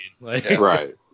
Right